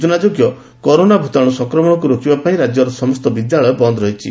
ସୂଚନାଯୋଗ୍ୟ କରୋନା ଭୂତାଶୁ ସଂକ୍ରମଶକୁ ରୋକିବା ପାଇଁ ରାକ୍ୟର ସମସ୍ତ ବିଦ୍ୟାଳୟ ବନ ରହିଛି